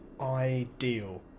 ideal